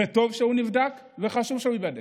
וטוב שהוא נבדק, וחשוב שהוא ייבדק.